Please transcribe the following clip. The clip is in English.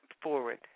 forward